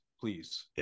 Please